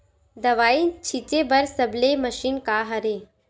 दवाई छिंचे बर सबले मशीन का हरे?